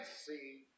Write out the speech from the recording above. see